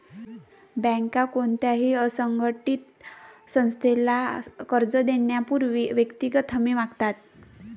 बँका कोणत्याही असंघटित संस्थेला कर्ज देण्यापूर्वी वैयक्तिक हमी मागतात